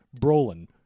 Brolin